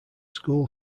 school